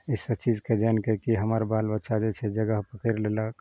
ई सब चीजके जानिके की हमर बाल बच्चा जे छै जगह पकड़ि लेलक